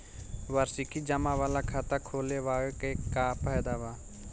वार्षिकी जमा वाला खाता खोलवावे के का फायदा बा?